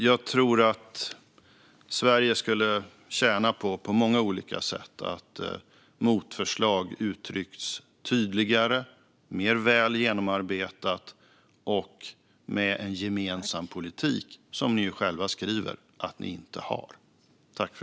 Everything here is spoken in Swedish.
Jag tror att Sverige på många olika sätt skulle tjäna på att motförslag hade uttryckts tydligare, mer väl genomarbetat och med en gemensam politik, något som ni själva skriver att ni inte har.